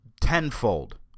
tenfold